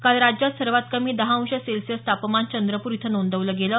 काल राज्यात सर्वात कमी दहा अंश सेल्सिअस तपामान चंद्रपूर इथं नोदवल गेलं